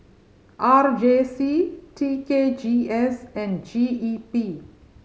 R J C T K G S and G E P